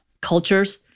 cultures